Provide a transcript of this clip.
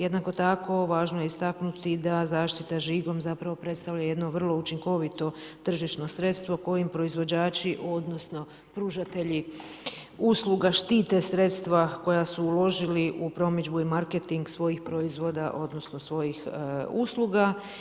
Jednako tako, važno je istaknuti da zaštita žigom zapravo predstavlja jedno vrlo učinkovito tržišno sredstvo kojim proizvođači odnosno, pružatelji usluga štite sredstva koja su uložili u promidžbu i marketing svojim proizvoda odnosno svojih usluga.